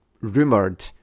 rumoured